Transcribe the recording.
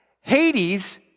Hades